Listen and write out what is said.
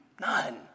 None